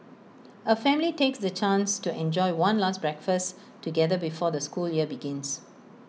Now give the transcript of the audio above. A family takes the chance to enjoy one last breakfasts together before the school year begins